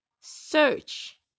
search